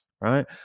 right